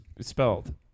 spelled